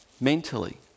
mentally